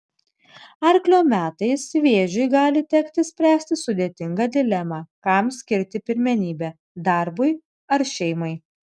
arklio metais vėžiui gali tekti spręsti sudėtingą dilemą kam skirti pirmenybę darbui ar šeimai